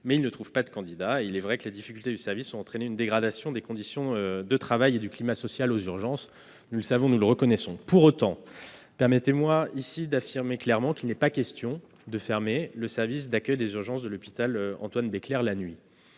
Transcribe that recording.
mais ils ne trouvent pas de candidats. Il est vrai que les difficultés du service ont entraîné une dégradation des conditions de travail et du climat social aux urgences. Nous le savons ; nous le reconnaissons. Pour autant, permettez-moi ici d'affirmer clairement qu'il n'est pas question de fermer le service d'accueil des urgences de l'hôpital Antoine-Béclère la nuit.